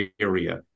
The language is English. area